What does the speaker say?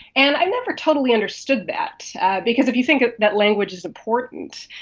and i never totally understood that because if you think ah that language is important,